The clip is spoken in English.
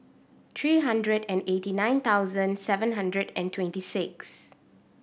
three hundred and eighty nine thousand seven hundred and twenty six